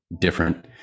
different